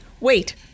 Wait